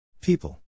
People